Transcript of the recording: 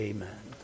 Amen